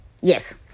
Yes